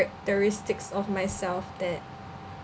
of myself that